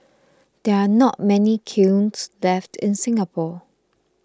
there are not many kilns left in Singapore